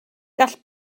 gall